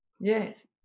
Yes